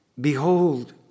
Behold